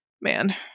man